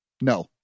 No